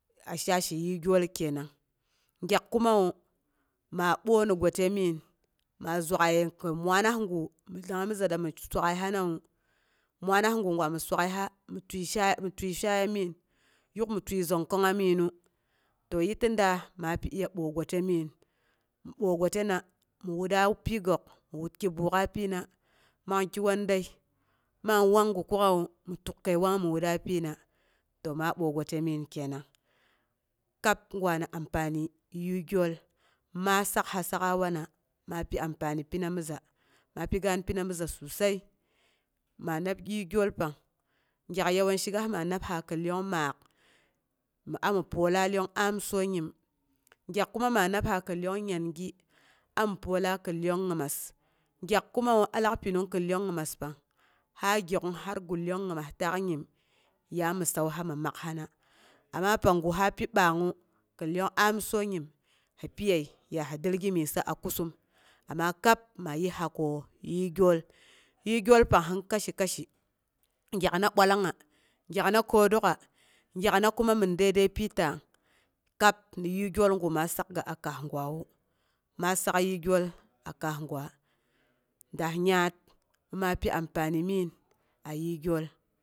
A shashi yiigyol kenang. Gyak kumawu, maa boi ni gwatə migin. Maa zwak'aiye kin mwanus gu mi dangmiga dami swak'ai hanawu, mwaanas gu gwame suak'aiha mi tiəi shaaiya migin yuk mi təi zongkongnga miginu, to yii ti daas, ma pi iya boi gwatə migm, mi boi gwatena mi wutra a pyi gook mi wak ki ɓuk'a a pyina, man ki wanda man wang gu kuk'awu, mi tak kəi wang mi wutra pyina. to ma boi gwati migin kenang. kab gwa ni amfani yii gyol. ma sakha sak'a wana, ma pi ampani pina mi za, ma pi gaan pina mi za susai. ma nab yii gyol pang, gyak yawanci gas maa nabsa kin lyong maak, mi ami polla lyong amsonyim, gyak kuma ma nabsa khin lyong ngyagi ami polla kin lyong ngmas, gyak kumawa alak pinung kɨn lyong ngimas pnag ha gyok'ung har gull man lyong ngimas taak nyim ya ami səuhami makhina. Amma pangu habi ɓangngu, kɨn lyon amsonyim hi piye ya he dəb gimyessa a kusum, amma kab mayisha ko yiigyol. Yii- gyol pang sɨn kashi- kashi. Gyakna ɓwallangngi gyakna kəook'a, gyakna kumu min dəidəi pyi tang. kab niyii gyolgu ma sakga a kaas gwawus. Maa sak yiigyol a kaasgwa, daah yuat mi ma pi amfani migin ayii gyol.